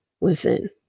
Listen